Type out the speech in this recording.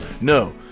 No